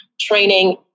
training